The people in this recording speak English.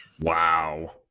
Wow